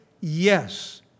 Yes